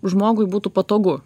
žmogui būtų patogu